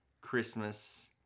Christmas